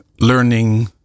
learning